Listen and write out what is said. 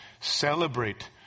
celebrate